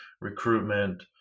recruitment